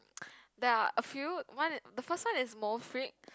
there are a few one i~ the first one is